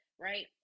right